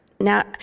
now